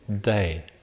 day